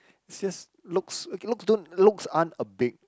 it's just looks okay looks don't looks aren't a big